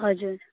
हजुर